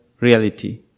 reality